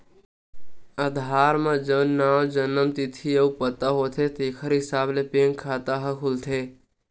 आधार म जउन नांव, जनम तिथि अउ पता होथे तेखर हिसाब ले बेंक खाता ह खुलथे